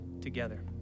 together